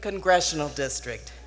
congressional district